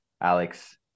Alex